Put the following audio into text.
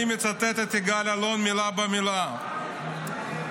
אני מצטט את יגאל אלון מילה במילה: "האחיזה